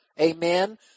amen